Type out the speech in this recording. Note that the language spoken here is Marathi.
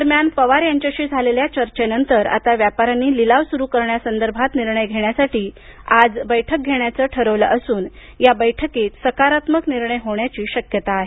दरम्यान पवार यांच्याशी झालेल्या चर्चेनंतर आता व्यापाऱ्यांनी लिलाव सुरू करण्यासंदर्भात निर्णय घेण्यासाठी आज बैठक घेण्याचं ठरवलं असून या बैठकीत सकारात्मक निर्णय होण्याची शक्यता आहे